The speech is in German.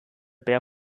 bär